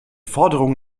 forderung